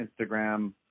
Instagram